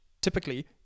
typically